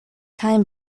time